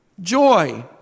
joy